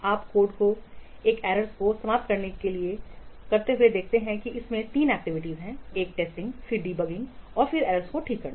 आप कोड से एक एरर को समाप्त करते हुए देखते हैं इसमें 3 मुख्य गतिविधियांशामिल हैं एक परीक्षण फिर डीबगिंग और फिर एरर्सको ठीक करना